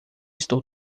estou